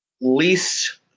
least